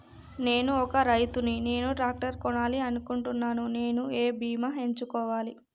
నేను ఒక రైతు ని నేను ట్రాక్టర్ కొనాలి అనుకుంటున్నాను నేను ఏ బీమా ఎంచుకోవాలి?